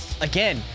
again